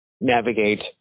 navigate